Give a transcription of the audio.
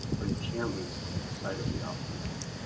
but you can't lose sight of the optimism.